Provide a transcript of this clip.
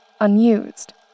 unused